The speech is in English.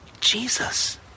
Jesus